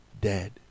dead